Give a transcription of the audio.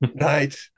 Right